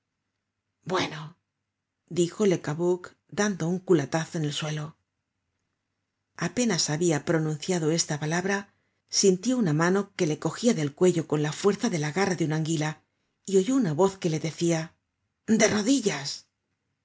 bueno dijo le cabuc dando un culatazo en el suelo apenas habia pronunciado esta palabra sintió una mano que le cogia del cuello con la fuerza de la garra de un águila y oyó una voz que le decia de rodillas